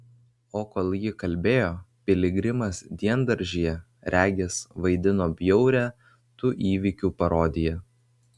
o kol ji kalbėjo piligrimas diendaržyje regis vaidino bjaurią tų įvykių parodiją